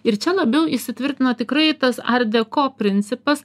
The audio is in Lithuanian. ir čia labiau įsitvirtino tikrai tas ardeko principas